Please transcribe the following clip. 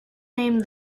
name